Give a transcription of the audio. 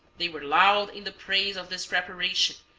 they were loud in the praise of this preparation,